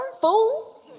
fool